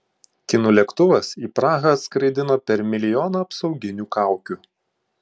kinų lėktuvas į prahą atskraidino per milijoną apsauginių kaukių